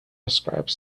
describe